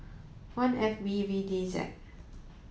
one F B V D Z